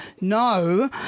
no